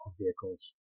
vehicles